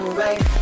right